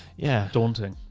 yeah. daunting.